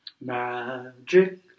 magic